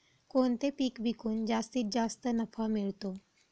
कोणते पीक विकून जास्तीत जास्त नफा मिळतो?